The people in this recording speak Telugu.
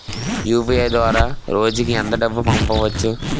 యు.పి.ఐ ద్వారా రోజుకి ఎంత డబ్బు పంపవచ్చు?